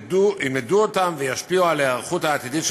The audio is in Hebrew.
ילמדו אותן והן ישפיעו על ההיערכות העתידית של